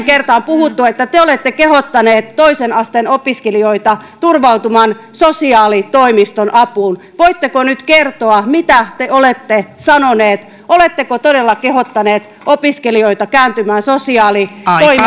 kertaan puhuttu että te te olette kehottanut toisen asteen opiskelijoita turvautumaan sosiaalitoimiston apuun voitteko nyt kertoa mitä te olette sanonut oletteko todella kehottanut opiskelijoita kääntymään sosiaalitoimen